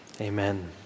amen